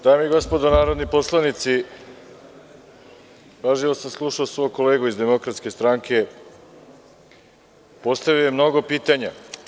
Dame i gospodo narodni poslanici, pažljivo sam slušao svog kolegu iz Demokratske stranke, postavio je mnogo pitanja.